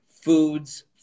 foods